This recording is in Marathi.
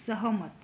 सहमत